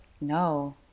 no